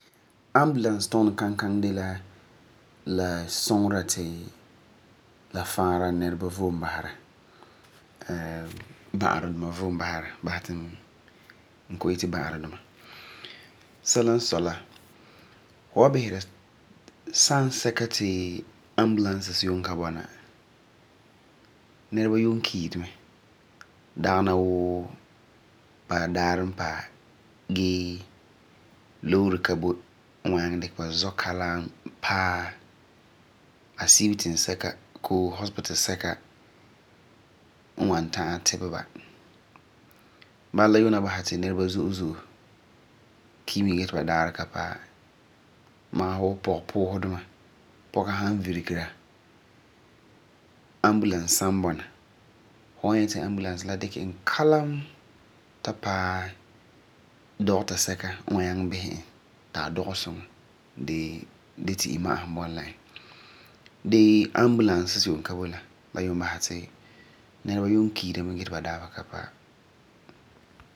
Ambulance tuunɛ kankaŋi dela la suŋera ti la faara nɛreba vom basera. Basɛ ti n kɔ'ɔm yeti ba'areduma. Sɛla n sɔi la, fu san bisera sasɛka ti ambulance yuum ka bɔna la, nɛreba yuum kiiri mɛ. Dagena wuu ba daarɛ n paɛ gee loore n ka boi n yuum wan tari ba paɛ ba asibitin sɛka bii hospital sɛka n wan ta'am tibɛ ba. Bala yuum ni basɛ ti nɛreba zo'e zo'e ki mɛ gee ti ba daarɛ ka paɛ. Gee ambulance n yuum ka boi la, la yuum baseri ti nɛreba yuum kiira mɛ gee ti ba dabeserɛ ka paɛ.